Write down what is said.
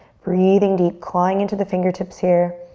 breathing deep, crawling into the fingertips here.